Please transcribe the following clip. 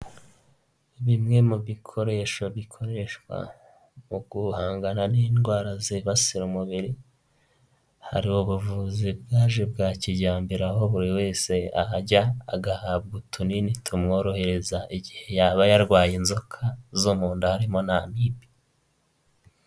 Bimwe mu bikoresho bikoreshwa mu guhangana n'indwara zibasira umubiri, hari ubuvuzi bwaje bwa kijyambere aho buri wese ahajya agahabwa utunini tumworohereza igihe yaba yarwaye inzoka zo mu nda harimo n'amibe.